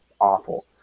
awful